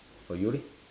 for you leh